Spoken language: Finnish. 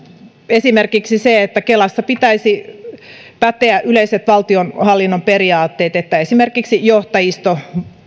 esimerkiksi se että kelassa pitäisi päteä yleiset valtionhallinnon periaatteet niin että esimerkiksi johtajisto